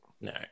No